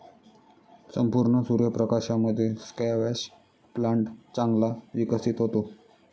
संपूर्ण सूर्य प्रकाशामध्ये स्क्वॅश प्लांट चांगला विकसित होतो